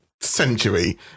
century